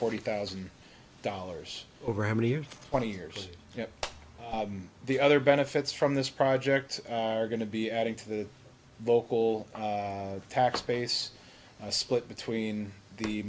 forty thousand dollars over how many or twenty years the other benefits from this project are going to be adding to the local tax base a split between the